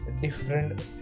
different